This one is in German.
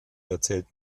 erzählt